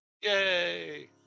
Yay